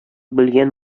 белгән